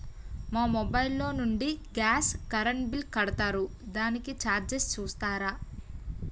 మా మొబైల్ లో నుండి గాస్, కరెన్ బిల్ కడతారు దానికి చార్జెస్ చూస్తారా?